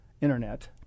Internet